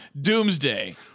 doomsday